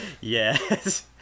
yes